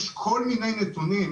יש כל מיני נתונים,